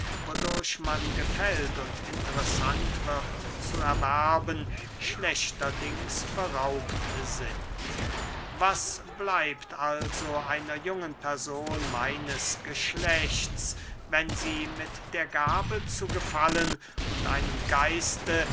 wodurch man gefällt und interessant wird zu erwerben schlechterdings beraubt sind was bleibt also einer jungen person meines geschlechts wenn sie mit der gabe zu gefallen und einem geiste